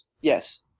Yes